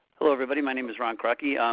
hello everybody, my name is ron krokey,